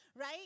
right